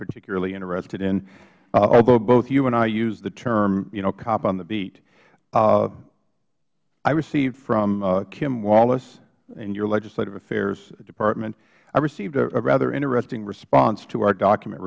particularly interested in although both you and i use the term you know cop on the beat i received from kim wallace in your legislative affairs department i received a rather interesting response to our document